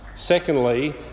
Secondly